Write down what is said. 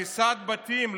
הריסת בתים,